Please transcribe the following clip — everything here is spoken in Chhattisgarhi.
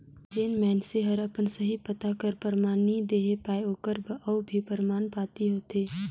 जेन मइनसे हर अपन सही पता कर परमान नी देहे पाए ओकर बर अउ भी परमान पाती होथे